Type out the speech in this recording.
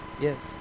Yes